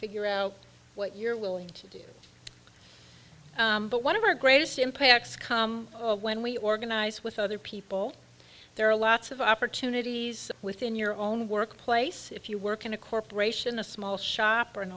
figure out what you're willing to do but one of our greatest impacts come when we organize with other people there are lots of opportunities within your own workplace if you work in a corporation a small shop or an